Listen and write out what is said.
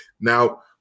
Now